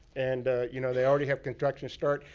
and you know they already have construction start.